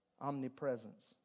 Omnipresence